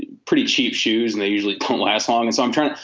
pretty cheap shoes and they usually don't last long. and so i'm trying.